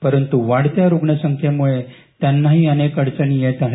परंतू वाढत्या रुग्ण संखेम्ळे त्यांनाही अनेक अडचणी येत आहे